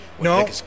No